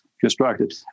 constructed